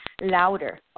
louder